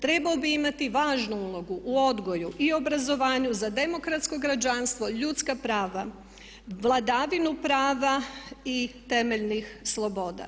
Trebao bi imati važnu ulogu u odgoju i obrazovanju za demokratsko građanstvo i ljudska prava, vladavinu prava i temeljnih sloboda.